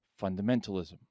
fundamentalism